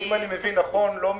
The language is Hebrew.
אם אני מבין נכון, לא מיצינו,